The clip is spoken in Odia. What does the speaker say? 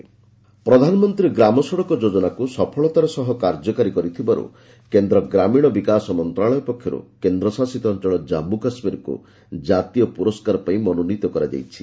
ଜେଆଣ୍ଡକେ ପିଏମ୍ଜିଏସ୍ଓ୍ବାଇ ପ୍ରଧାନମନ୍ତ୍ରୀ ଗ୍ରାମ ସଡ଼କ ଯୋଜନାକୁ ସଫଳତାର ସହ କାର୍ଯ୍ୟକାରୀ କରିଥିବାରୁ କେନ୍ଦ୍ର ଗ୍ରାମୀଣ ବିକାଶ ମନ୍ତ୍ରଣାଳୟ ପକ୍ଷରୁ କେନ୍ଦ୍ର ଶାସିତ ଅଞ୍ଚଳ ଜାନ୍ମୁ କାଶ୍ମୀରକୁ କ୍ରାତୀୟ ପୁରସ୍କାର ପାଇଁ ମନୋନୀତ କରାଯାଇଛି